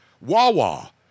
Wawa